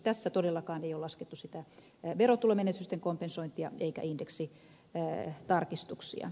tässä todellakaan ei ole laskettu sitä verotulomenetysten kompensointia eikä indeksitarkistuksia